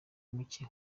muke